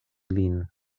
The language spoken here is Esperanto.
lin